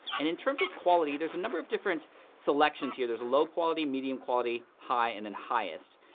and in terms of quality, there's a number of different selections here. there's a low quality, medium quality, high, and then highest.